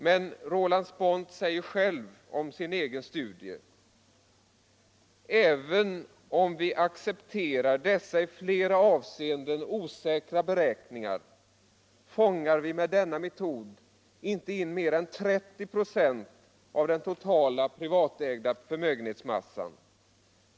Men Roland Spånt säger själv om sin egen studie: ”Även om vi accepterar dessa i flera avseenden osäkra beräkningar fångar vi med denna metod inte in mer än 30 procent av den totala privatägda förmögenhetsmassan.